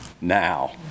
now